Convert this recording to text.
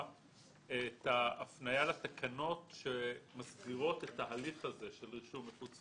את ההפניה לתקנות שמסדירות את ההליך הזה של רישום מחוץ